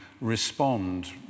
respond